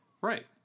right